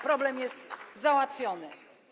Problem jest załatwiony.